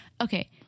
Okay